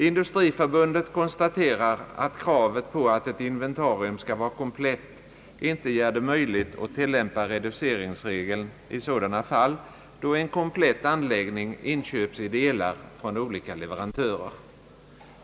Industriförbundet konstaterar att kravet på att ett inventrium skall vara komplett inte gör det möjligt att tillämpa reduceringsregeln i sådana fall då en komplett anläggning inköps i delar från olika leverantörer.